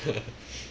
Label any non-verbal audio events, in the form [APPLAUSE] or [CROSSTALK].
hehe [NOISE]